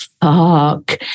Fuck